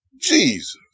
Jesus